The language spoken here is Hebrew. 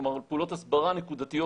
כלומר פעולות הסברה נקודתיות.